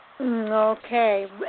Okay